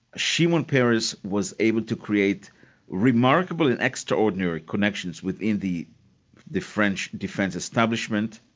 shimon peres was able to create remarkable and extraordinary connections within the the french defence establishment,